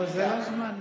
לא, זה לא הזמן.